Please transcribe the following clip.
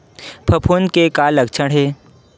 फफूंद के का लक्षण हे?